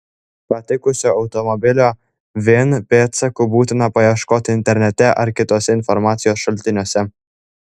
patikusio automobilio vin pėdsakų būtina paieškoti internete ar kituose informacijos šaltiniuose